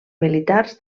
militars